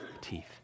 teeth